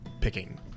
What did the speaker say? picking